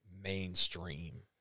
mainstream